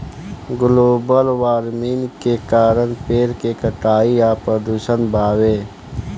global warming के कारण पेड़ के कटाई आ प्रदूषण बावे